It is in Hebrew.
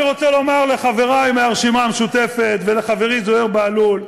אני רוצה לומר לחברי מהרשימה המשותפת ולחברי זוהיר בהלול: